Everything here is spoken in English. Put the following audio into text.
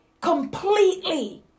completely